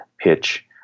pitch